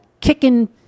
kicking